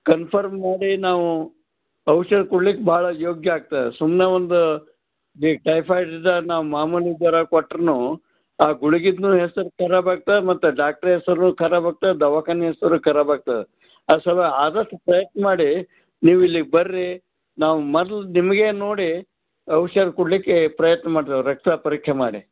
confirm ಮಾಡಿ ನಾವು ಔಷಧ ಕೊಡ್ಲಿಕ್ಕೆ ಭಾಳ ಯೋಗ್ಯ ಆಗ್ತದೆ ಸುಮ್ನೆ ಒಂದು ಟೈಫೈಡಿಗೆ ನಾವು ಮಾಮೂಲಿ ಜ್ವರ ಕೊಟ್ರೂ ಆ ಗುಳಿಗಿದೂ ಹೆಸ್ರು ಖರಾಬ್ ಆಗ್ತದೆ ಮತ್ತೆ ಡಾಕ್ಟ್ರ ಹೆಸ್ರೂ ಖರಾಬ್ ಆಗ್ತದೆ ದವಾಖಾನಿ ಹೆಸರೂ ಖರಾಬ್ ಆಗ್ತದೆ ಆ ಸಲ್ವಾಗಿ ಆದಷ್ಟು ಪ್ರಯತ್ನ ಮಾಡಿ ನೀವು ಇಲ್ಲಿಗೆ ಬನ್ರಿ ನಾವು ಮೊದ್ಲು ನಿಮಗೇ ನೋಡಿ ಔಷಧ ಕೊಡಲಿಕ್ಕೆ ಪ್ರಯತ್ನ ಮಾಡ್ತೇವೆ ರಕ್ತ ಪರೀಕ್ಷೆ ಮಾಡಿ